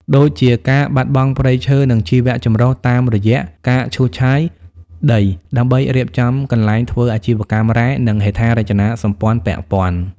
ដូចជាការបាត់បង់ព្រៃឈើ និងជីវៈចម្រុះតាមរយះ ការឈូសឆាយដីដើម្បីរៀបចំកន្លែងធ្វើអាជីវកម្មរ៉ែ និងហេដ្ឋារចនាសម្ព័ន្ធពាក់ព័ន្ធ ។